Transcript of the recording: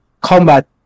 combat